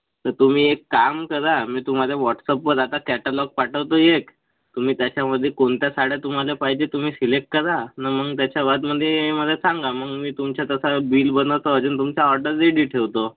तर तुम्ही एक काम करा मी तुम्हाला व्हॉट्सअॅपवर आता कॅटलॉग पाठवतो एक तुम्ही त्याच्यामध्ये कोणत्या साड्या तुम्हाला पाहिजे तुम्ही सिलेक्ट करा आणि मग त्याच्या बादमध्ये मला सांगा मग मी तुमच्या तसा बिल बनवतो अजून तुमचा ऑर्डर रेडी ठेवतो